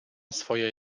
swoje